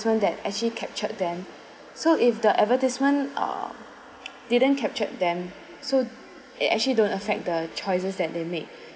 that actually captured them so if the advertisement uh didn't captured them so it actually don't affect the choices that they make